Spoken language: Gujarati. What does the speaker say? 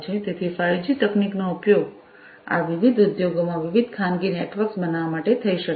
તેથી 5 જી તકનીકનો ઉપયોગ આ વિવિધ ઉદ્યોગોમાં વિવિધ ખાનગી નેટવર્ક્સ બનાવવા માટે થઈ શકે છે